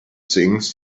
things